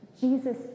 Jesus